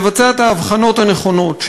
לבצע את ההבחנות הנכונות,